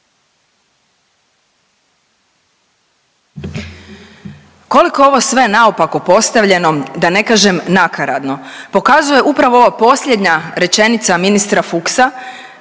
Koliko je ovo sve naopako postavljeno, da ne kažem, nakaradno, pokazuje upravo ova posljednja rečenica ministra Fuchsa